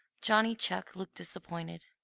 johnny chuck looked disappointed.